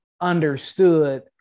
understood